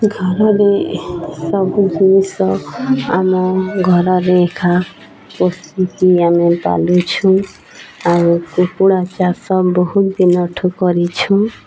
ଘରରେ ସବୁ ଜିନିଷ ଆମ ଘରରେ ଏକା ପୋଷିକି ଆମେ ପାଳୁଛୁଁ ଆଉ କୁକୁଡ଼ା ଚାଷ ବହୁତ ଦିନଠୁ କରିଛୁଁ